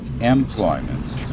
employment